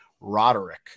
Roderick